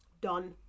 done